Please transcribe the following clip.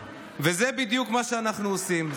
וזה בדיוק מה שאנחנו עושים.